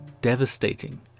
devastating